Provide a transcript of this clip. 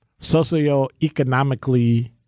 socioeconomically